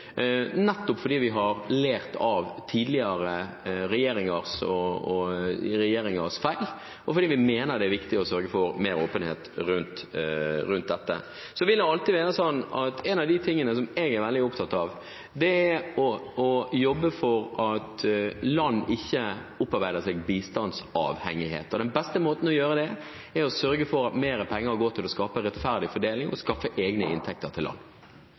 nettopp fordi vi har lært av tidligere regjeringers feil, og fordi vi mener det er viktig å sørge for mer åpenhet om dette. Så vil det alltid være sånn at en av de tingene jeg er veldig opptatt av, er å jobbe for at land ikke opparbeider seg bistandsavhengighet. Den beste måten å gjøre det på er å sørge for at mer penger går til å skape rettferdig fordeling og skaffe egne inntekter til